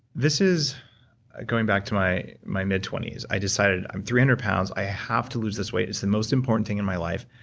this is going back to my my mid twenty s. i decided, i'm three hundred pounds. i have to lose this weight. it's the most important thing in my life.